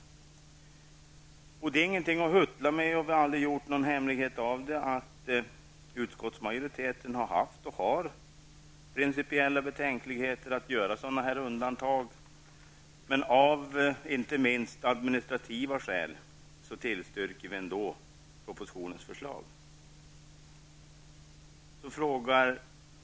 Det är ingenting att huttla med -- och vi har aldrig gjort någon hemlighet av det -- att utskottsmajoriteten har och har haft principiella betänkligheter när det gäller att göra sådana här undantag, men av inte minst administrativa skäl tillstyrker vi ändå propositionens förslag.